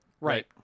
Right